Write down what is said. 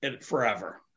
forever